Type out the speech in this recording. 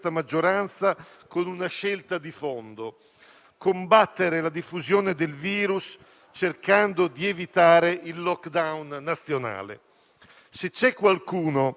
Se invece siamo d'accordo per attuare il difficile tentativo di evitarlo, allora dobbiamo prendere atto di ciò che serve fare senza giocare a capirci.